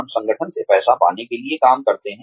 हम संगठन से पैसा पाने के लिए काम करते हैं